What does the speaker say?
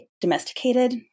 domesticated